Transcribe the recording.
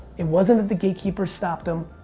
it wasn't that the gatekeepers stopped them.